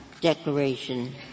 declaration